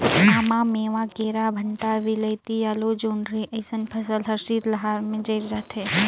आमा, मेवां, केरा, भंटा, वियलती, आलु, जोढंरी अइसन फसल हर शीतलहार में जइर जाथे